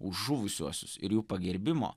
už žuvusiuosius ir jų pagerbimo